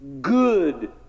good